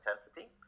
intensity